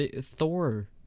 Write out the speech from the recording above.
Thor